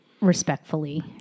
respectfully